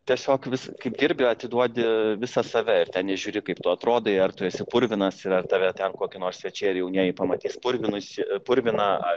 tiesiog vis kaip dirbi atiduodi visą save ir ten nežiūri kaip tu atrodai ar tu esi purvinas ir ar tave ten kokie nors svečiai ar jaunieji pamatys purvinusį purviną